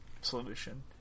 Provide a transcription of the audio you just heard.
solution